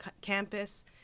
campus